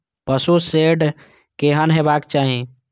पशु शेड केहन हेबाक चाही?